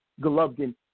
Golovkin